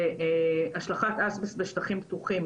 זה צריך לקבל חיזוק.